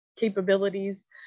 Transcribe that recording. Capabilities